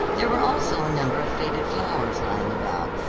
there were also a number of faded flowers lying about,